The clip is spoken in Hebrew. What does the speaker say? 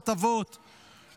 הטבות,